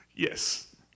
Yes